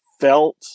felt